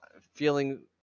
feeling